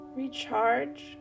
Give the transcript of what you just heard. Recharge